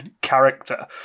character